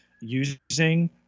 using